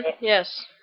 Yes